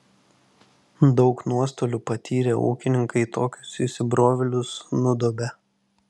daug nuostolių patyrę ūkininkai tokius įsibrovėlius nudobia